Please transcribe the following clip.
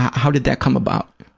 how did that come about?